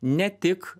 ne tik